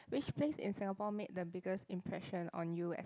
which place in Singapore made the biggest impression on you as a